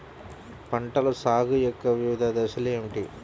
పంటల సాగు యొక్క వివిధ దశలు ఏమిటి?